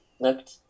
looked